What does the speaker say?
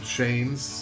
Shane's